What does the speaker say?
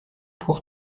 pour